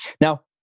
Now